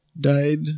died